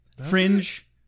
Fringe